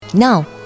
Now